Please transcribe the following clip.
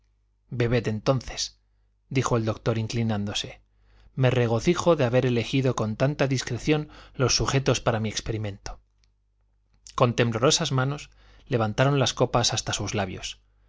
bebed entonces dijo el doctor inclinándose me regocijo de haber elegido con tanta discreción los sujetos para mi experimento con temblorosas manos levantaron las copas hasta sus labios